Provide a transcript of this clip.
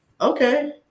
okay